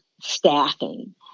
staffing